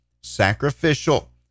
sacrificial